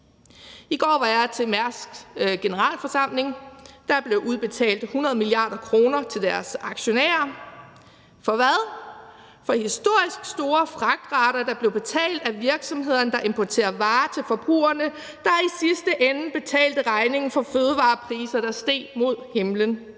I går var jeg til Mærsks generalforsamling, og der blev udbetalt 100 mia. kr. til deres aktionærer. For hvad? For historisk store fragtrater, der blev betalt af virksomhederne, der importerer varer til forbrugerne, der i sidste ende betalte regningen for fødevarepriser, der steg mod himlen.